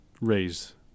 raise